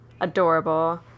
adorable